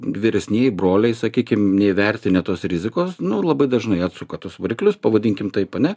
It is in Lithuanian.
vyresnieji broliai sakykim neįvertinę tos rizikos nu labai dažnai atsuka tuos variklius pavadinkim taip ane